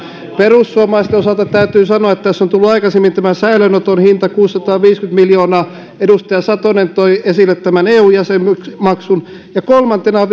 perussuomalaisten osalta täytyy sanoa että tässä on tullut aikaisemmin tämän säilöönoton hinta kuusisataaviisikymmentä miljoonaa edustaja satonen toi esille eu jäsenmaksun ja kolmantena